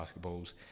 basketballs